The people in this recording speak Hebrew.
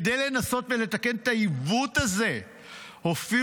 כדי לנסות לתקן את העיוות הזה הופיעו